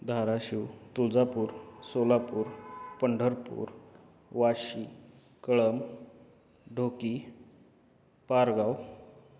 Dharashiv Tuljapur Solapur Pandharpur Washi Kalam Dhoki Pargaon